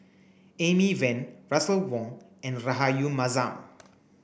Amy Van Russel Wong and Rahayu Mahzam